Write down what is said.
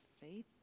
faith